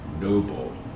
noble